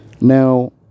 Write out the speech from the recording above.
Now